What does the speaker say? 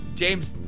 james